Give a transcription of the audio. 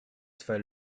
zwei